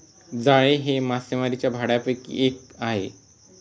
जाळे हे मासेमारीच्या भांडयापैकी एक आहे